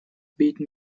beaten